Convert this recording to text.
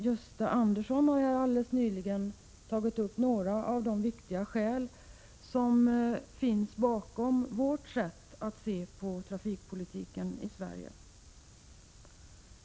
Gösta Andersson har här tagit upp några av de viktiga skäl som ligger bakom vårt sätt att se på trafikpolitiken i Sverige.